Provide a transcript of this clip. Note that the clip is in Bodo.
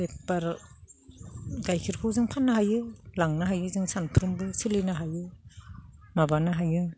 बेलेक बा गाइखेरखौ जों फाननो हायो लांनो हायो जों सानफ्रोमबो सोलिनो हायो माबानो हायो